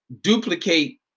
duplicate